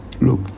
look